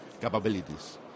capabilities